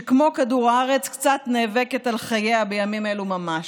שכמו כדור הארץ קצת נאבקת על חייה בימים אלו ממש.